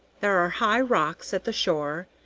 there are high rocks at the shore,